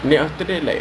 favourite teacher